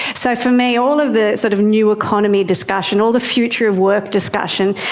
so for me all of the sort of new economy discussion, all the future of work discussion,